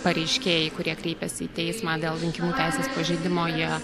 pareiškėjai kurie kreipėsi į teismą dėl rinkimų teisės pažeidimo jie